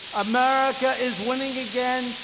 america is winning again,